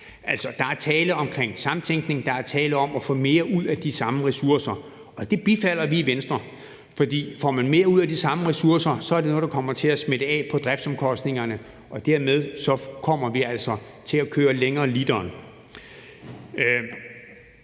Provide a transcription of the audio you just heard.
der er tale om samtænkning, der er tale om at få mere ud af de samme ressourcer. Og det bifalder vi i Venstre, for får mere ud af de samme ressourcer, er det noget, der kommer til at smitte af på driftsomkostningerne, og dermed kommer vi altså til at køre længere på literen.